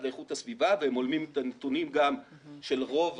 לאיכות הסביבה והם הולמים את הנתונים גם של רוב